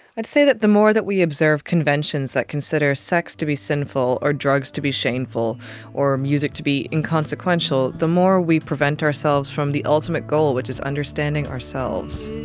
i'd say that the more that we observe conventions that consider sex to be sinful or drugs to be shameful or music to be inconsequential, the more we prevent ourselves from the ultimate goal, which is understanding ourselves.